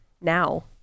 Now